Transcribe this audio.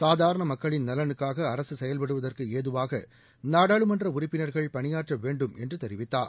சாதாரண மக்களின் நலனுக்காக அரசு செயல்படுவதற்கு ஏதுவாக நாடாளுமன்ற உறுப்பினா்கள் பணியாற்றவேண்டும் என்று தெரிவித்தார்